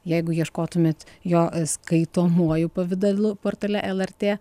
jeigu ieškotumėt jo skaitomuoju pavidalu portale lrt